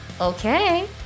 Okay